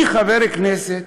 אני חבר כנסת.